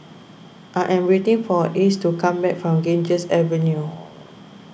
I am waiting for Ace to come back from Ganges Avenue